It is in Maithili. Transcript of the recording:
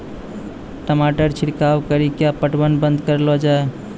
टमाटर छिड़काव कड़ी क्या पटवन बंद करऽ लो जाए?